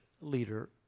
leader